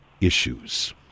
issues